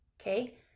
Okay